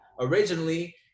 originally